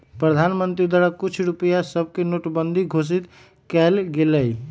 प्रधानमंत्री द्वारा कुछ रुपइया सभके नोटबन्दि घोषित कएल गेलइ